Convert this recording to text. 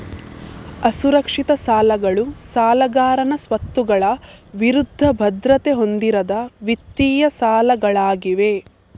ಅಸುರಕ್ಷಿತ ಸಾಲಗಳು ಸಾಲಗಾರನ ಸ್ವತ್ತುಗಳ ವಿರುದ್ಧ ಭದ್ರತೆ ಹೊಂದಿರದ ವಿತ್ತೀಯ ಸಾಲಗಳಾಗಿವೆ